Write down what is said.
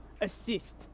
assist